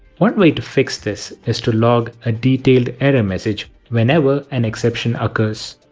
one way to fix this is to log a detailed error message whenever an exception